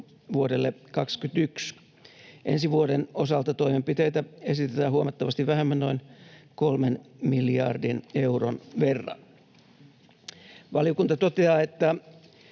vuodelle 21. Ensi vuoden osalta toimenpiteitä esitetään huomattavasti vähemmän, noin 3 miljardin euron verran. Valiokunta toteaa, että